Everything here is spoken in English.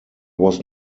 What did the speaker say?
was